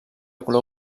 color